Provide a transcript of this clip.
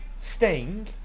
Sting